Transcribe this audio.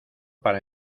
para